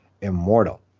immortal